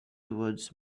towards